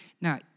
Now